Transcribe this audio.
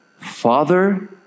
Father